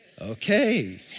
Okay